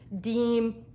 deem